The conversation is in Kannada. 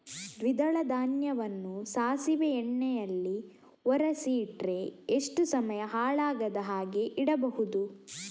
ದ್ವಿದಳ ಧಾನ್ಯವನ್ನ ಸಾಸಿವೆ ಎಣ್ಣೆಯಲ್ಲಿ ಒರಸಿ ಇಟ್ರೆ ಎಷ್ಟು ಸಮಯ ಹಾಳಾಗದ ಹಾಗೆ ಇಡಬಹುದು?